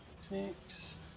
six